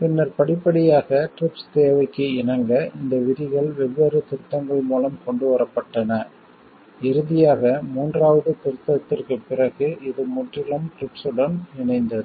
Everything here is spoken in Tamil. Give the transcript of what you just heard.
பின்னர் படிப்படியாக டிரிப்ஸ் தேவைக்கு இணங்க இந்த விதிகள் வெவ்வேறு திருத்தங்கள் மூலம் கொண்டு வரப்பட்டன இறுதியாக மூன்றாவது திருத்தத்திற்குப் பிறகு இது முற்றிலும் டிரிப்ஸுடன் இணைந்தது